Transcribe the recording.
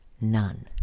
none